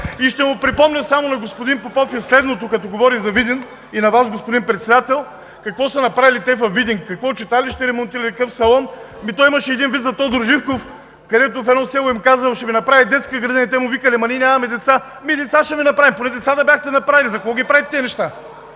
ще припомня на господин Попов следното, като говори за Видин, и на Вас, господин Председател, какво са направили те във Видин, какво читалище ремонтирали, какъв салон. Ами то имаше един виц за Тодор Живков, където в едно село им казал: „Ще Ви направя и детска градина.“ Те му викали: „Ама ние нямаме деца.“ „Ами и деца ще Ви направим.“ Поне деца да бяхте направили, за какво ги правите тези неща?!